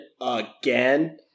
again